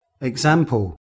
Example